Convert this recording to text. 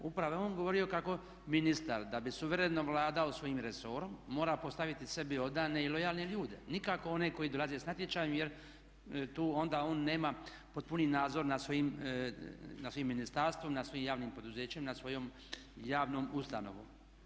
Upravo je on govorio kako ministar da bi suvereno vladao svojim resorom mora postaviti sebi odane i lojalne ljude, nikako one koji dolaze s natječajem jer tu onda on nema potpuni nadzor nad svojim ministarstvom, nad svojim javnim poduzećem, nad svojom javnom ustanovom.